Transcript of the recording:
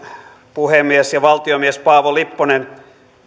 puhemies ja valtiomies paavo lipponen